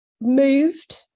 moved